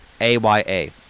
A-Y-A